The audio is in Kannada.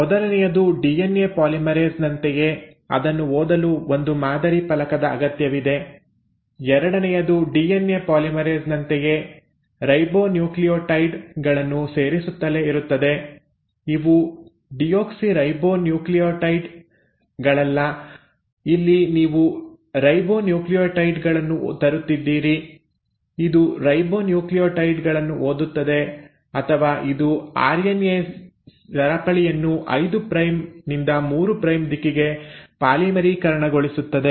ಮೊದಲನೆಯದು ಡಿಎನ್ಎ ಪಾಲಿಮರೇಸ್ ನಂತೆಯೇ ಅದನ್ನು ಓದಲು ಒಂದು ಮಾದರಿ ಫಲಕದ ಅಗತ್ಯವಿದೆ ಎರಡನೆಯದು ಡಿಎನ್ಎ ಪಾಲಿಮರೇಸ್ ನಂತೆಯೇ ರೈಬೊನ್ಯೂಕ್ಲಿಯೊಟೈಡ್ ಗಳನ್ನು ಸೇರಿಸುತ್ತಲೇ ಇರುತ್ತದೆ ಇವು ಡಿಯೋಕ್ಸಿರೈಬೊನ್ಯೂಕ್ಲಿಯೊಟೈಡ್ ಗಳಲ್ಲ ಇಲ್ಲಿ ನೀವು ರೈಬೊನ್ಯೂಕ್ಲಿಯೊಟೈಡ್ ಗಳನ್ನು ತರುತ್ತಿದ್ದೀರಿ ಇದು ರೈಬೊನ್ಯೂಕ್ಲಿಯೊಟೈಡ್ ಗಳನ್ನು ಓದುತ್ತದೆ ಅಥವಾ ಇದು ಆರ್ಎನ್ಎ ಸರಪಳಿಯನ್ನು 5 ಪ್ರೈಮ್ ನಿಂದ 3 ಪ್ರೈಮ್ ದಿಕ್ಕಿನಲ್ಲಿ ಪಾಲಿಮರೀಕರಣಗೊಳಿಸುತ್ತದೆ